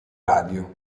radio